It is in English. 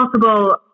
possible